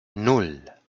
nan